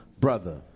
brother